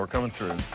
coming through. oh,